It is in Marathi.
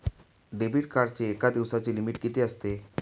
डेबिट कार्डची एका दिवसाची किती लिमिट असते?